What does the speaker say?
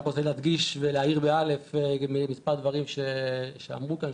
אני רק רוצה להדגיש ולהאיר מספר דברים שאמרו כאן,